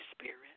Spirit